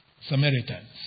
Samaritans